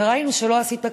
וראינו שלא עשית כלום.